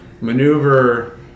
maneuver